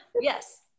Yes